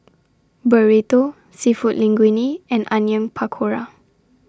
Burrito Seafood Linguine and Onion Pakora